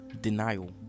denial